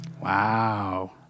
Wow